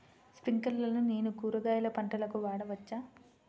స్ప్రింక్లర్లను నేను కూరగాయల పంటలకు వాడవచ్చా?